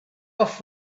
off